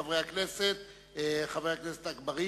חבר הכנסת אגבאריה.